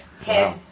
head